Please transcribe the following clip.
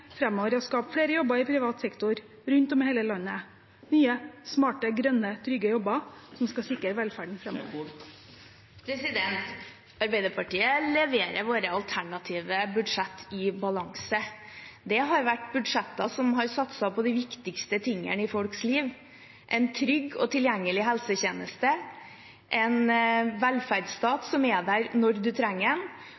framover, er å skape flere jobber i privat sektor rundt om i hele landet – nye, smarte, grønne, trygge jobber som skal sikre velferden framover? Arbeiderpartiet leverer sine alternative budsjett i balanse. Det har vært budsjetter som har satset på de viktigste tingene i folks liv – en trygg og tilgjengelig helsetjeneste, en velferdsstat